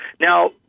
Now